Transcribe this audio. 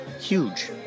huge